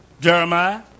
Jeremiah